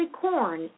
corn